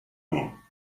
mean